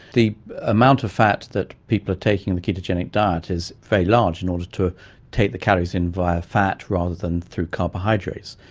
the amount of fat that people are taking in the ketogenic diet is very large in order to take the calories in via fat rather than through carbohydrates,